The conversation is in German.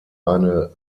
eine